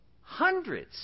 Hundreds